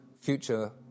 future